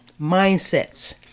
mindsets